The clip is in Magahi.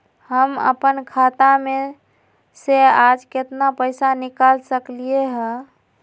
हम अपन खाता में से आज केतना पैसा निकाल सकलि ह?